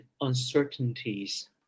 uncertainties